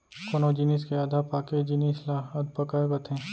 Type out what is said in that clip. कोनो जिनिस के आधा पाके जिनिस ल अधपका कथें